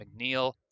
McNeil